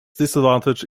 disadvantage